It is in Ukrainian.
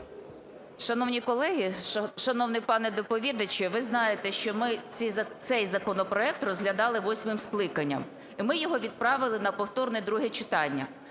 Шановні колеги, шановний пане доповідачу, ви знаєте, що ми цей законопроект розглядали восьмим скликанням, і ми його відправили на повторне друге читання.